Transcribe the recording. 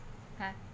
ha